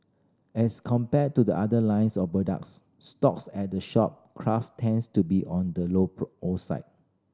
as compared to the other lines of products stocks at the shop craft tends to be on the outside